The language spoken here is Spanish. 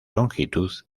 longitud